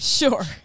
Sure